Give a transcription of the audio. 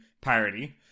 parody